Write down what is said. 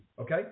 okay